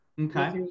Okay